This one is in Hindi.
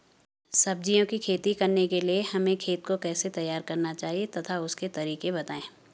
सब्जियों की खेती करने के लिए हमें खेत को कैसे तैयार करना चाहिए तथा उसके तरीके बताएं?